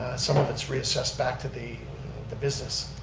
some of it's reassessed back to the the business.